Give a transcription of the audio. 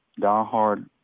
diehard